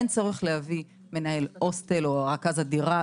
אין צורך להביא מנהל הוסטל או רכז הדירה,